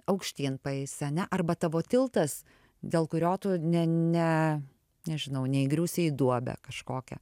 aukštyn paeisi ane arba tavo tiltas dėl kurio tu ne ne nežinau neįgriūsi į duobę kažkokią